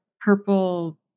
purple